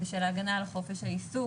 בשל ההגנה על חופש העיסוק.